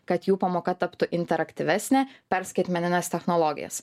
kad jų pamoka taptų interaktyvesnė per skaitmenines technologijas